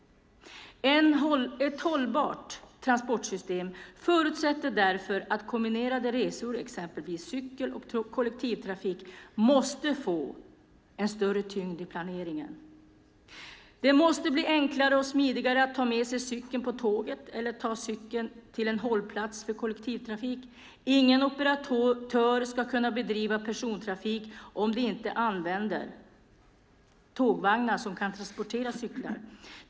Ett hållbart transportsystem förutsätter därför att kombinerade resor, exempelvis cykel och kollektivtrafik, får en större tyngd i planeringen. Det måste bli enklare och smidigare att ta med sig cykeln på tåget eller att ta cykeln till en hållplats för kollektivtrafik. Ingen operatör ska kunna bedriva persontrafik om den inte använder tågvagnar som kan transportera cyklar.